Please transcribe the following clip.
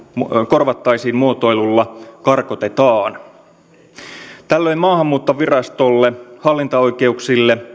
korvattaisiin muotoilulla karkotetaan tällöin maahanmuuttovirastolle hallinto oikeuksille ja